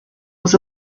was